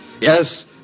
Yes